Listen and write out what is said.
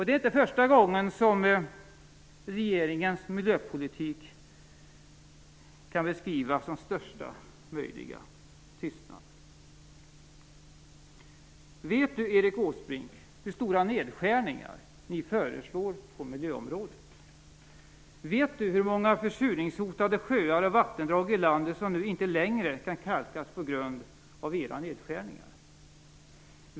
Det är inte första gången som regeringens miljöpolitik kan beskrivas som största möjliga tystnad. Vet du, Erik Åsbrink, hur stora nedskärningar ni föreslår på miljöområdet? Vet du hur många försurningshotade sjöar och vattendrag i landet som nu inte längre kan kalkas på grund av era nedskärningar?